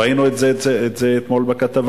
ראינו את זה אתמול בכתבה.